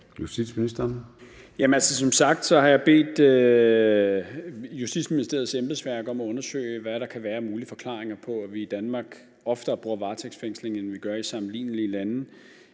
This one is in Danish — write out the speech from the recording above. Som sagt har jeg bedt Justitsministeriets embedsværk om at undersøge, hvad der kan være af mulige forklaringer på, at vi i Danmark oftere bruger varetægtsfængsling, end man gør i sammenlignelige lande.